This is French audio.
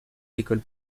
écoles